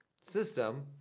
system